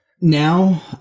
now